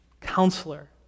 Counselor